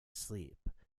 sleep